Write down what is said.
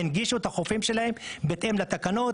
הנגישו את החופים שלהן בהתאם לתקנות,